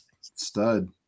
Stud